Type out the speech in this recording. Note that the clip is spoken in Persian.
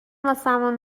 واسمون